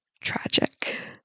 tragic